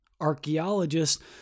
archaeologists